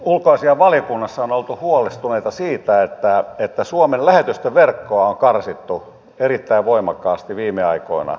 ulkoasiainvaliokunnassa on oltu huolestuneita siitä että suomen lähetystöverkkoa on karsittu erittäin voimakkaasti viime aikoina